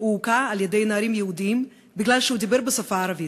הוא הוכה על-ידי נערים יהודים כי הוא דיבר בשפה הערבית,